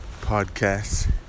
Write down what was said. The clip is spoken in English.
podcast